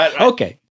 Okay